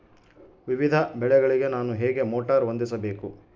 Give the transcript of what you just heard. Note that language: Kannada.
ವಿವಿಧ ಬೆಳೆಗಳಿಗೆ ನಾನು ಹೇಗೆ ಮೋಟಾರ್ ಹೊಂದಿಸಬೇಕು?